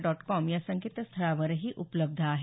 dot com या संकेतस्थळावरही उपलब्ध आहे